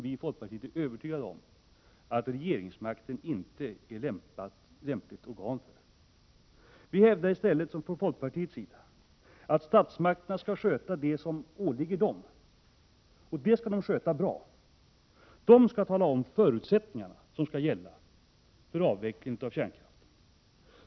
Vii folkpartiet hävdar i stället att statsmakterna skall sköta det som åligger dem. Dit hör att statsmakterna skall tala om de grundläggande förutsättningarna som skall gälla för avvecklingen av kärnkraften.